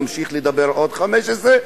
נמשיך לדבר עוד 15 שנה,